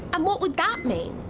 and what would that mean?